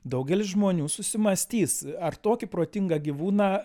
daugelis žmonių susimąstys ar tokį protingą gyvūną